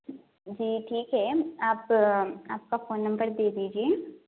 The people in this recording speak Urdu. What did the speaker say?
جی ٹھیک ہے آپ آپ کا فون نمبر دے دیجئے